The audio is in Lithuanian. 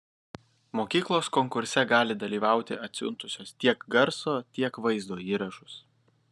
mokyklos konkurse gali dalyvauti atsiuntusios tiek garso tiek vaizdo įrašus